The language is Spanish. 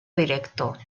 directo